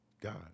God